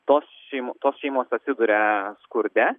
tos šeim tos šeimos atsiduria skurde